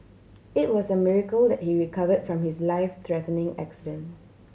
it was a miracle that he recover from his life threatening accident